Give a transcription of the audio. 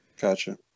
Gotcha